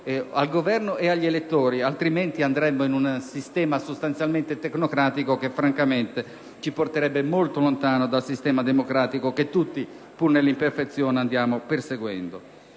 al Governo e agli elettori. In caso contrario, andremmo nella direzione di un sistema sostanzialmente tecnocratico, che francamente ci porterebbe molto lontano dal sistema democratico che tutti, pur nell'imperfezione, andiamo perseguendo.